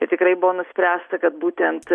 ir tikrai buvo nuspręsta kad būtent